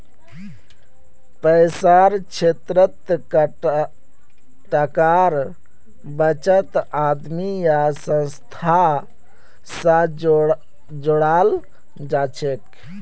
पैसार क्षेत्रत टाकार बचतक आदमी या संस्था स जोड़ाल जाछेक